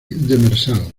demersal